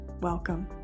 Welcome